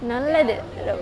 நல்லது:nallathu